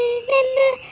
Remember